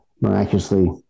miraculously